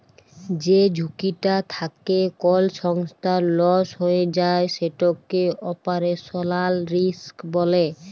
যে ঝুঁকিটা থ্যাকে কল সংস্থার লস হঁয়ে যায় সেটকে অপারেশলাল রিস্ক ব্যলে